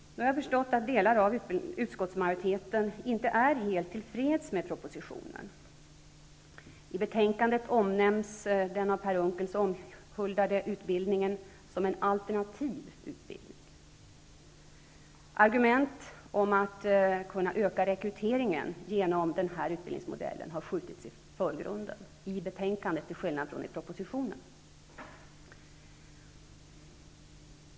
Jag har förstått att delar av utskottsmajoriteten inte är helt tillfreds med propositionen. I betänkandet omnämns den av Per Unckel så omhuldade utbildningen som en ''alternativ'' utbildning. Argument om att kunna öka rekryteringen genom den här utbildningsmodellen har skjutits i förgrunden i betänkandet till skillnad från i propositionen.